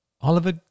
Oliver